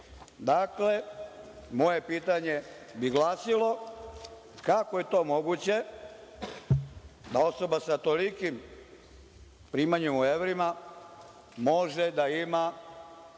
moje pitanje bi glasilo – kako je moguće da osoba sa tolikim primanjem u evrima može da ima